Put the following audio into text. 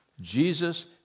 Jesus